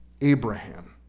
Abraham